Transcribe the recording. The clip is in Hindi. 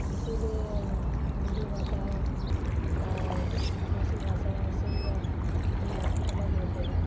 इसीलिए हिंदी भाषा देशी भाषा ऐसे ही में अलग होते हैं